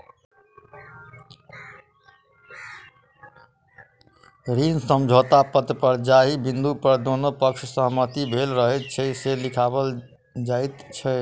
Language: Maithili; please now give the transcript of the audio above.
ऋण समझौता पत्र पर जाहि बिन्दु पर दुनू पक्षक सहमति भेल रहैत छै, से लिखाओल जाइत छै